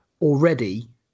already